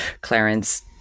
Clarence